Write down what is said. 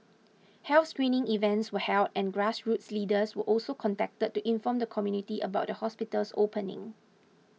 health screening events were held and grassroots leaders were also contacted to inform the community about the hospital's opening